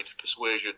persuasion